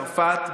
צרפת,